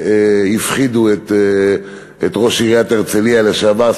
היו אלה שהפחידו את ראש עיריית הרצליה לשעבר,